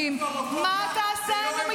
-- גזענות והומופוביה --- מה תעשה עם המתנחלים?